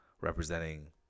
representing